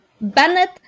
Bennett